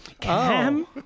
Cam